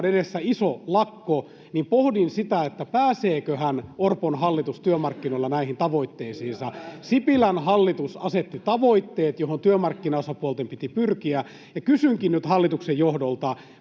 on edessä iso lakko, niin pohdin, että pääseeköhän Orpon hallitus työmarkkinoilla näihin tavoitteisiinsa. Sipilän hallitus asetti tavoitteet, joihin työmarkkinaosapuolten piti pyrkiä. Kysynkin nyt hallituksen johdolta,